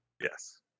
yes